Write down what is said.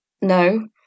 no